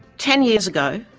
ten years ago,